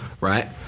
right